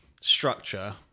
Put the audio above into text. structure